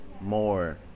more